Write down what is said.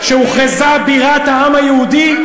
שהוכרזה בירת העם היהודי.